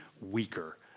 weaker